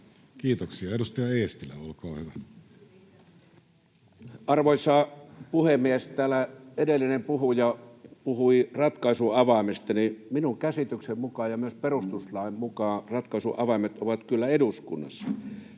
esityksistä Time: 16:12 Content: Arvoisa puhemies! Kun täällä edellinen puhuja puhui ratkaisun avaimista, niin minun käsitykseni mukaan ja myös perustuslain mukaan ratkaisun avaimet ovat kyllä eduskunnassa.